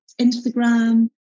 Instagram